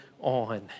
on